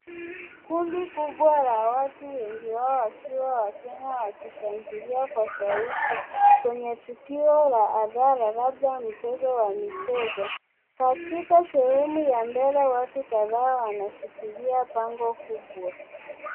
Kundi kubwa la watu wengi wao wakiwa Wakenya wakishangilia kwa shauku kwenye tukio la hadhara labda mchezo wa michezo. Katika sehemu ya mbele watu kadhaa wanashikilia bango kubwa.